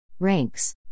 Ranks